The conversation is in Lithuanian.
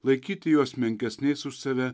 laikyti juos menkesniais už save